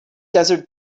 desert